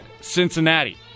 Cincinnati